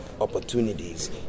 opportunities